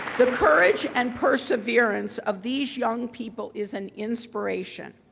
the courage and perseverance of these young people is an inspiration.